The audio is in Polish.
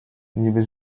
niby